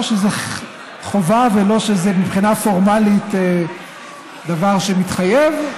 לא שזה חובה ולא שזה מבחינה פורמלית דבר שמתחייב,